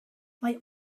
mae